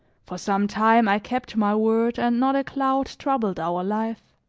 for some time, i kept my word and not a cloud troubled our life.